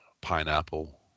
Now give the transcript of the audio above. pineapple